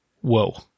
Whoa